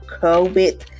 COVID